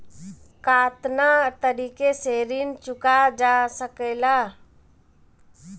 कातना तरीके से ऋण चुका जा सेकला?